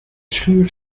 schuur